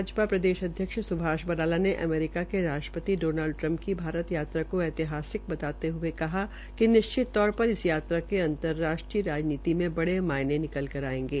भाजपा प्रदेशाध्यक्ष सुभाष बराला ने अमेरिका के राष्ट्रपति डोनाल्ड ट्रंप की भारत यात्रा को ऐतिहासिक बताते हये कहा कि निश्चित तौर पर इस यात्रा के अंतरराष्ट्रीय राजनीति में बड़े मायने निकलकर आएंगे